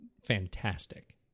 fantastic